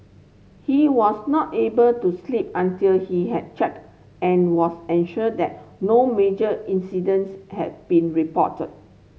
he was not able to sleep until he had checked and was assured that no major incidents had been reported